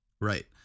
Right